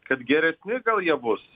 kad geresni gal jie bus